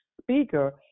speaker